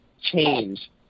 change